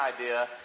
idea